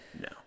No